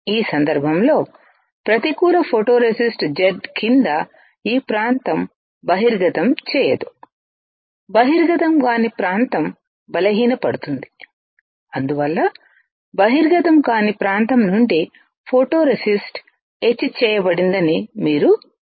ఈ సందర్భంలో ప్రతికూల ఫోటోరేసిస్ట్ Z కింద ఈ ప్రాంతం బహిర్గతం చేయదు బహిర్గతం కాని ప్రాంతం బలహీన పడింది అందువల్ల బహిర్గతం కానిప్రాంతం నుండి ఫోటోరేసిస్ట్ఎచ్ చేయబడిందని మీరు చూడవచ్చు